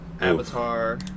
avatar